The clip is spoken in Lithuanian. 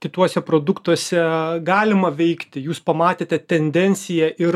kituose produktuose galima veikti jūs pamatėte tendenciją ir